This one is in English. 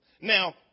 Now